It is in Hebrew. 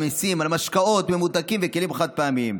המיסים על משקאות ממותקים וכלים חד-פעמיים.